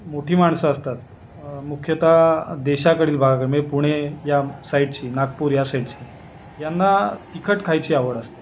मोठी माणसं असतात मुख्यत देशाकडील भागाकडे म्हणजे पुणे या साइडची नागपूर या साइडची यांना तिखट खायची आवड असते